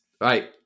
right